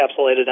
encapsulated